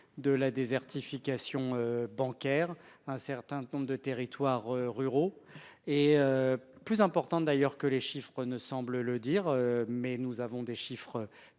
de la désertification bancaire un certain nombre de territoires ruraux et. Plus importante d'ailleurs que les chiffres ne semble le dire mais nous avons des chiffres